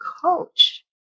coach